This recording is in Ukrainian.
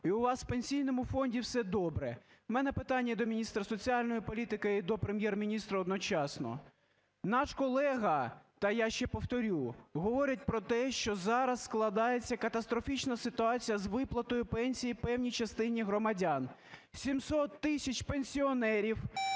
і у вас в Пенсійному фонді все добре, у мене питання і до міністра соціальної політики, і до Прем'єр-міністра одночасно. Наш колега, та я ще повторю, говорить про те, що зараз складається катастрофічна ситуація з виплатою пенсій певній частині громадян. 700 тисяч пенсіонерів